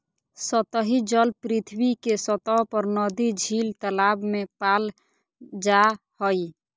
सतही जल पृथ्वी के सतह पर नदी, झील, तालाब में पाल जा हइ